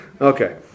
Okay